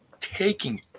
taking